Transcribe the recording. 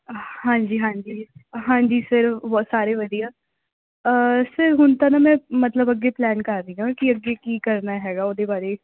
ਹਾਂਜੀ ਹਾਂਜੀ ਹਾਂਜੀ ਸਰ ਬਸ ਸਾਰੇ ਵਧੀਆ ਸਰ ਹੁਣ ਤਾਂ ਨਾ ਮੈਂ ਮਤਲਬ ਅੱਗੇ ਪਲੈਨ ਕਰ ਰਹੀ ਹਾਂ ਕਿ ਅੱਗੇ ਕੀ ਕਰਨਾ ਹੈਗਾ ਉਹਦੇ ਬਾਰੇ